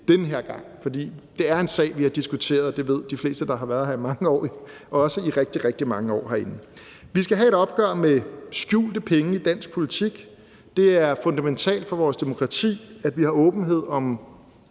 den her gang. For det er en sag, vi har diskuteret, og det ved de fleste, der har været herinde i mange år også, i rigtig, rigtig mange år herinde. Vi skal have et opgør med skjulte penge i dansk politik. Det er fundamentalt for vores demokrati, at vi har åbenhed om